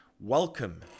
welcome